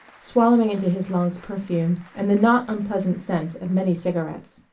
swallowing into his lungs perfume and the not unpleasant scent of many cigarettes.